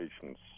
patients